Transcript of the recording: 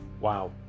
wow